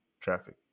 traffic